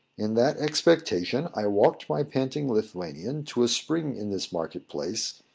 in that expectation i walked my panting lithuanian to a spring in this market-place,